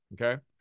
Okay